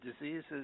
diseases